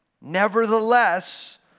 Nevertheless